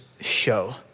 show